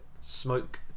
smoke